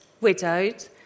widowed